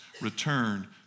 return